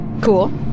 Cool